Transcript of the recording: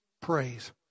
praise